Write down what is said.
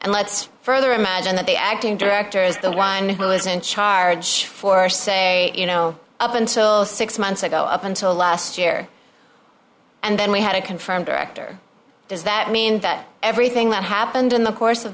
let's further imagine that the acting director is the one who is in charge for say you know up until six months ago up until last year and then we had a confirmed actor does that mean that everything that happened in the course of